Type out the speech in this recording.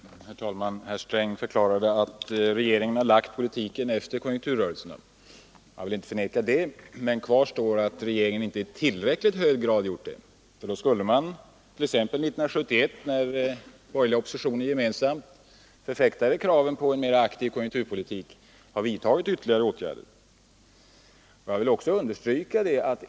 Herr talman! Herr Sträng förklarade att regeringen har anpassat politiken efter konjunkturrörelserna, och jag vill inte förneka det. Men regeringen har inte gjort det i tillräckligt hög grad. Ty i så fall skulle regeringen 1971, när den borgerliga oppositionen gemensamt drev kravet på en mera aktiv konjunkturpolitik, ha vidtagit ytterligare åtgärder.